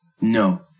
No